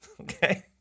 Okay